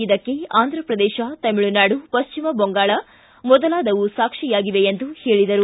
ಇದಕ್ಕೆ ಆಂದ್ರಪ್ರದೇಶ ತಮಿಳುನಾಡು ಪಶ್ಚಿಮ ಬಂಗಾಳ ಮೊದಲಾದವು ಸಾಕ್ಷಿಯಾಗಿವೆ ಎಂದು ಹೇಳಿದರು